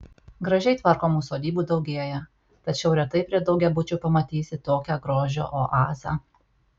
gražiai tvarkomų sodybų daugėja tačiau retai prie daugiabučių pamatysi tokią grožio oazę